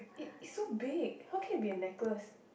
it it's so big how can it be a necklace